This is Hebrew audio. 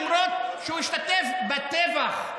למרות שהוא השתתף בטבח.